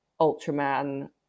ultraman